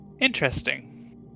Interesting